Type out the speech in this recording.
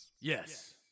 Yes